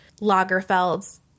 Lagerfeld's